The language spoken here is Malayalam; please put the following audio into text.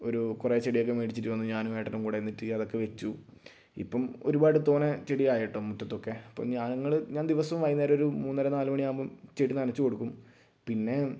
ഒരു കുറേശ്ശെ ചെടിയൊക്കെ മേടിച്ച് വന്ന് ഞാനും ഏട്ടനും കൂടെ എന്നിട്ട് അതൊക്കെ വെച്ചു ഇപ്പം ഒരുപാട് തോനെ ചെടിയായി കേട്ടോ മുറ്റത്തൊക്കെ ഇപ്പോൾ ഞങ്ങൾ ഞാൻ ദിവസവും വൈകുന്നേരം ഒരു മൂന്നര നാലു മണിയാകുമ്പോൾ ചെടി നനച്ച് കൊടുക്കും പിന്നെ